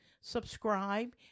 subscribe